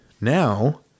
now